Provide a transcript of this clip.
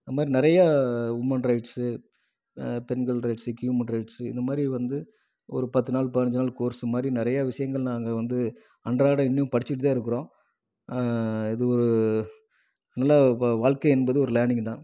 அந்த மாதிரி நிறையா உமன் ரைட்ஸு பெண்கள் ரைட்ஸு க்யூமன் ரைட்ஸு இந்த மாதிரி வந்து ஒரு பத்து நாள் பதினஞ்சு நாள் கோர்ஸு மாதிரி நிறைய விஷயங்கள் நாங்கள் வந்து அன்றாடம் இன்னும் படித்திட்டு தான் இருக்கிறோம் இது ஒரு நல்ல வ வாழ்க்கை என்பது ஒரு லேர்னிங்கு தான்